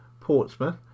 Portsmouth